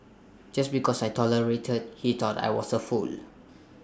just because I tolerated he thought I was A fool